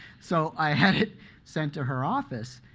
so i had it sent to her office.